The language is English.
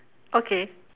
okay